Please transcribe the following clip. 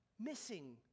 missing